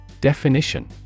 Definition